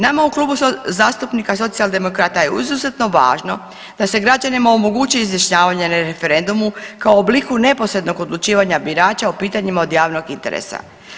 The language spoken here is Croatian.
Nama u Klubu zastupnika Socijaldemokrata je izuzetno važno da se građanima omogući izjašnjavanje na referendumu kao obliku neposrednog odlučivanja birača o pitanjima od javnog interesa.